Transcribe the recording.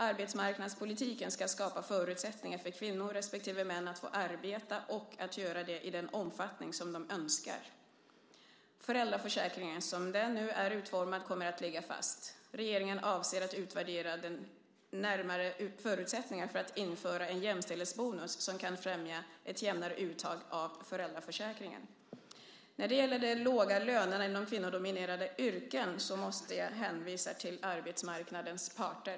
Arbetsmarknadspolitiken ska skapa förutsättningar för kvinnor respektive män att få arbeta och att göra det i den omfattning som de önskar. Föräldraförsäkringen, som den nu är utformad, kommer att ligga fast. Regeringen avser att utvärdera de närmare förutsättningarna för att införa en jämställdhetsbonus som kan främja ett jämnare uttag av föräldraförsäkringen. När det gäller de låga lönerna inom kvinnodominerade yrken måste jag hänvisa arbetsmarknadens parter.